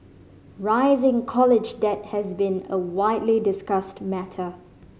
rising college debt has been a widely discussed matter